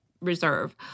reserve